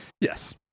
Yes